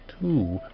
two